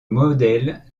modèle